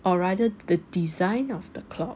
or rather the design of the clock